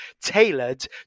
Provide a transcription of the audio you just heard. tailored